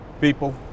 people